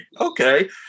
Okay